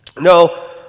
No